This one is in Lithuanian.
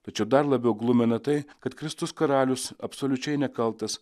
tačiau dar labiau glumina tai kad kristus karalius absoliučiai nekaltas